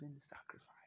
sacrifice